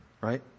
Right